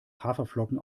haferflocken